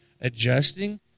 adjusting